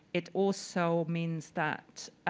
it also means that